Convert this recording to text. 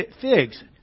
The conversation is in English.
figs